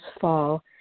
fall